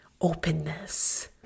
openness